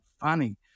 funny